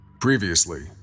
Previously